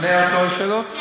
עונה על כל השאלות?